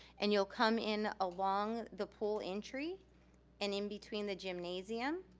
and you'll come in along the pool entry and in between the gymnasium,